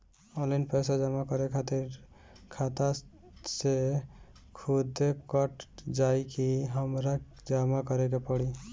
Online पैसा जमा करे खातिर खाता से खुदे कट जाई कि हमरा जमा करें के पड़ी?